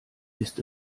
ist